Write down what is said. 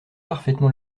parfaitement